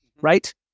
right